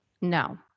No